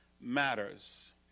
matters